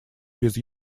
без